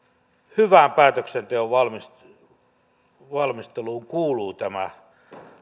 hyvän päätöksenteon valmisteluun kuuluu tämä